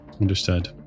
Understood